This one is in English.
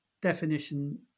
definition